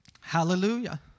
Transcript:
Hallelujah